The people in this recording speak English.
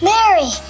Mary